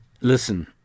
Listen